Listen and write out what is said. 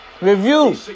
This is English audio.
Review